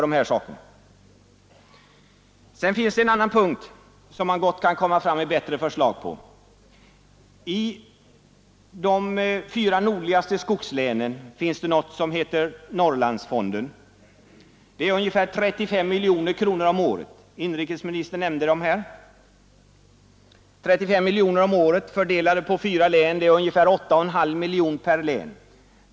Det finns också en annan punkt där man gott kunde komma fram med bättre förslag. I de fyra nordligaste skogslänen finns det något som heter Norrlandsfonden. Inrikesministern har redan nämnt den. Fonden uppgår till ungefär 35 miljoner kronor om året, fördelat på fyra län, dvs. ungefär 81/2 miljoner per län.